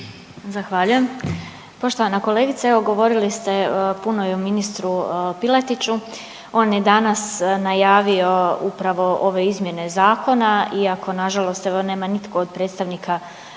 Zahvaljujem. Poštovana kolegice, evo govorili ste puno i o ministru Piletiću, on je danas najavio upravo ove izmjene zakona iako nažalost nema nitko od predstavnika ministarstva,